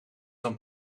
dan